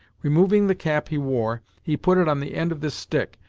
removing the cap he wore, he put it on the end of this stick,